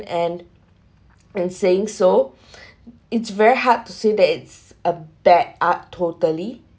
and and saying so it's very hard to say that it's a bad art totally